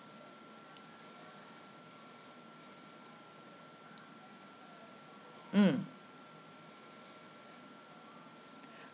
mm